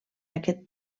aquest